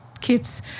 kids